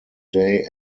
day